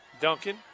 Duncan